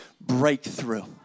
breakthrough